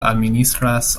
administras